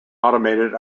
automated